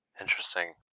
Interesting